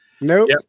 nope